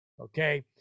Okay